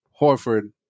Horford